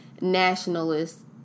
Nationalists